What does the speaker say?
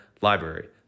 library